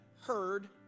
heard